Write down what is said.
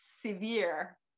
severe